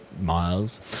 miles